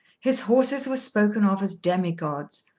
his horses were spoken of as demigods,